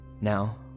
Now